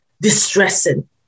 distressing